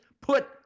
put